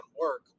work